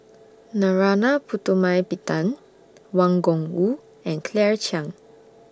Narana Putumaippittan Wang Gungwu and Claire Chiang